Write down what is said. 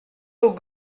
aux